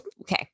okay